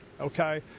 Okay